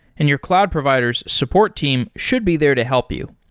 and your cloud provider s support team should be there to help you.